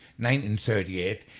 1938